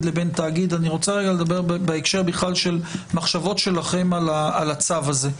לבין תאגיד אני רוצה רגע לדבר בהקשר בכלל של מחשבות שלכם על הצו הזה,